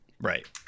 Right